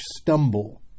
stumble